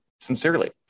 sincerely